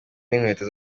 n’inkweto